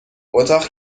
اتاق